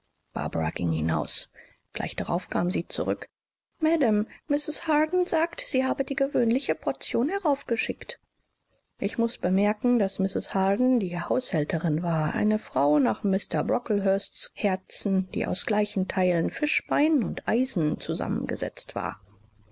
ging hinaus gleich darauf kam sie zurück madame mrs harden sagt sie habe die gewöhnliche portion heraufgeschickt ich muß bemerken daß mrs harden die haushälterin war eine frau nach mr brocklehursts herzen die aus gleichen teilen fischbein und eisen zusammengesetzt war